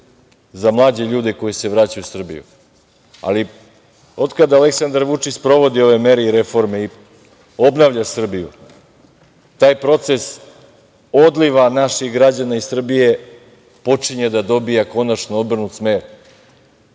za mlađe ljude koji se vraćaju u Srbiju, ali od kada Aleksandar Vučić sprovodi ove mere i reforme i obnavlja Srbiju, taj proces odliva naših građana iz Srbije počinje da dobija konačno obrnut smer.